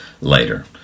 later